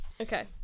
Okay